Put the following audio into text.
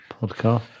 podcast